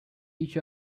each